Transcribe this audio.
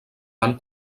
van